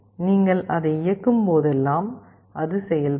நீங்கள் அதை இயக்கும்போதெல்லாம் அது செயல்படும்